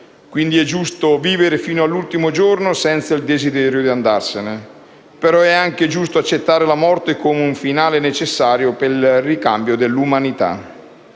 Quindi è giusto vivere fino all'ultimo giorno senza il desidero di andarsene, però è anche giusto accettare la morte come un finale necessario per il ricambio dell'umanità».